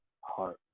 heart